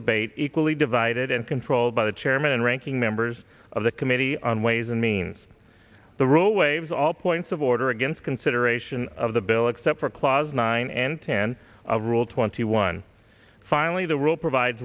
debate equally divided and controlled by the chairman and ranking members of the committee on ways and means the rule waives all points of order against consideration of the bill except for clause nine and ten of rule twenty one finally the rule provides